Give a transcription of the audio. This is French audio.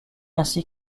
ainsi